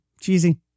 cheesy